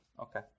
Okay